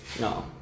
No